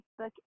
Facebook